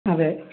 അതെ